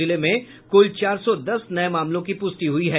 जिले में कुल चार सौ दस नये मामलों की पुष्टि हुई है